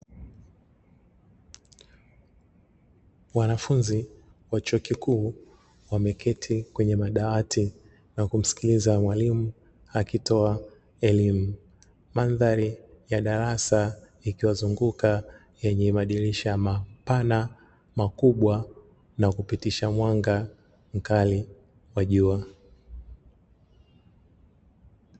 Wanafunzi wa chuo kikuu wameketi kwenye madawati na kumsikiliza mwalimu akitoa elimu, mandhari ya darasa ikiwa zunguka yenye madirisha mapana makubwa na kupitisha mwanga mkali wa jua.